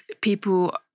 people